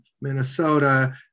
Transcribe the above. Minnesota